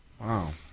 Wow